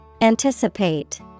Anticipate